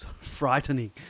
frightening